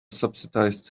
subsidized